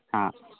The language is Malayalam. ആ